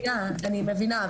אני מבינה,